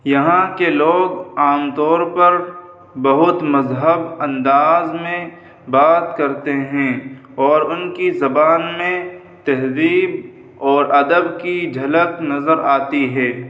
یہاں کے لوگ عام طور پر بہت مہذب انداز میں بات کرتے ہیں اور ان کی زبان میں تہذیب اور ادب کی جھلک نظر آتی ہے